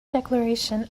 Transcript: declaration